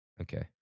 Okay